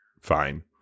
Fine